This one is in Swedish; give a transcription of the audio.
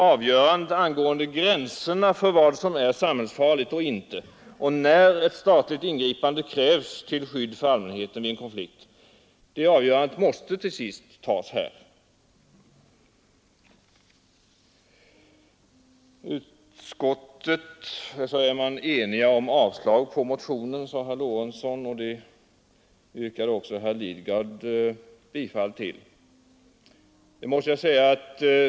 Avgörandet som gäller gränserna för vad som är samhällsfarligt och när ett statligt ingripande krävs till skydd för allmänheten vid en konflikt — det avgörandet måste till sist tas här. Utskottet är enigt om att avstyrka motionen, sade herr Lorentzon, och det anslöt sig även herr Lidgard till.